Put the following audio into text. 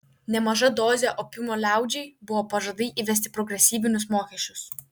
nemaža dozė opiumo liaudžiai buvo pažadai įvesti progresyvinius mokesčius